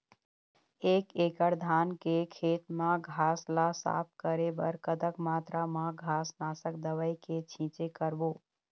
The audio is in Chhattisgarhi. एक एकड़ धान के खेत मा घास ला साफ करे बर कतक मात्रा मा घास नासक दवई के छींचे करबो?